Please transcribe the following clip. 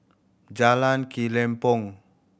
Jalan Kelempong